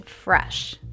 fresh